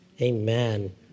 amen